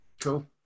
Cool